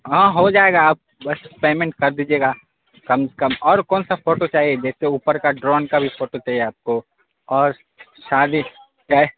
ہاں ہو جائے گا آپ بس پیمنٹ کر دیجیے گا کم کم اور کون سا فوٹو چاہیے جیسے اوپر کا ڈرون کا بھی فوٹو چہیے آپ کو اور شادی